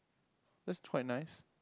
that's quite nice